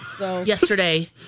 Yesterday